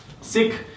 Sick